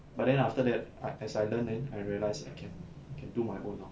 but then after that I as I learn then I realised I can can do my own orh